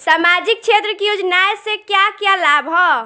सामाजिक क्षेत्र की योजनाएं से क्या क्या लाभ है?